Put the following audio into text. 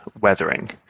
weathering